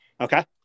Okay